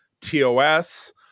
TOS